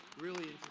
really